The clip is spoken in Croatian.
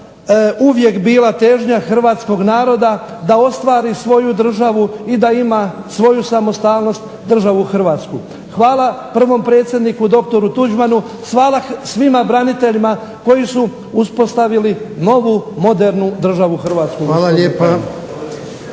uvijek bila težnja hrvatskog naroda da ostvari svoju državu i da ima svoju samostalnost državu Hrvatsku. Hvala prvom predsjedniku doktoru Tuđmanu, hvala svima braniteljima koji su uspostavili novu modernu državu Hrvatsku. **Jarnjak,